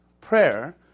prayer